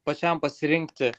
pačiam pasirinkti